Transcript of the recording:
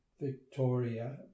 Victoria